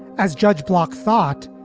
as judge block thought,